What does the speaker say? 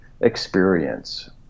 experience